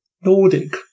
Nordic